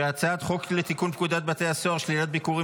ההצעה להעביר את הצעת החוק לתיקון פקודת בתי הסוהר (שלילת ביקורים